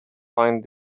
fine